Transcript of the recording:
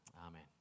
amen